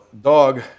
dog